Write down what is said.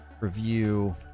Review